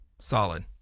Solid